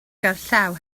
gerllaw